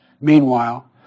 Meanwhile